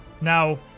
Now